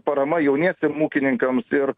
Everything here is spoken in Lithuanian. parama jauniesiem ūkininkams ir